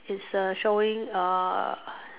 it's a showing a